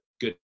good